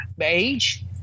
Age